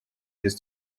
his